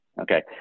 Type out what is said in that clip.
Okay